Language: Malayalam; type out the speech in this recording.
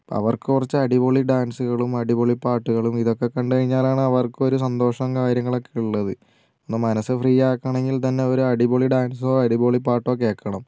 അപ്പോൾ അവർക്ക് കുറച്ച് അടിപൊളി ഡാൻസുകളും അടിപൊളി പാട്ടുകളും ഇതൊക്കെ കണ്ടുകഴിഞ്ഞാലാണ് അവർക്കൊരു സന്തോഷം കാര്യങ്ങളൊക്കെ ഉള്ളത് ഒന്ന് മനസ്സു ഫ്രീ ആക്കണമെങ്കിൽ തന്നെ ഒരു അടിപൊളി ഡാൻസോ അടിപൊളി പാട്ടോ കേൾക്കണം